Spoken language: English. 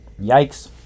Yikes